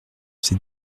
ces